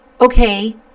okay